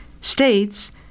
states